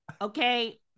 okay